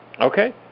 Okay